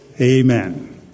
amen